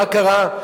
מה קרה?